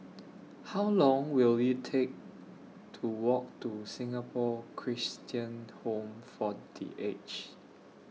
How Long Will IT Take to Walk to Singapore Christian Home For The Aged